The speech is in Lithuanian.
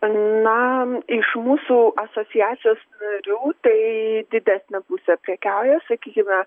na iš mūsų asociacijos narių tai didesnė pusė prekiauja sakykime